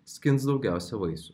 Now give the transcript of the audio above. skins daugiausia vaisių